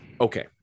Okay